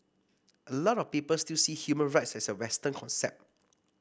a lot of people still see human rights as a western concept